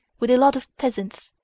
with a lot of peasants,